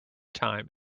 time